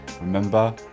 Remember